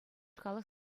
халӑх